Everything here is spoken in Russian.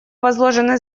возложены